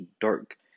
dark